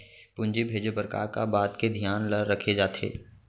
पूंजी भेजे बर का का बात के धियान ल रखे जाथे?